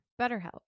BetterHelp